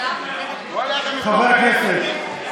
חברי הכנסת,